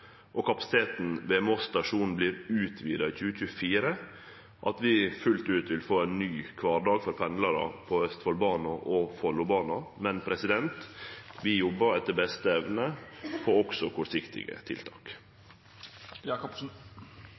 og kapasiteten ved Moss stasjon vert utvida i 2024, at vi fullt ut vil få ein ny kvardag for pendlarar på Østfoldbanen og Follobanen, men vi jobbar etter beste evne også med kortsiktige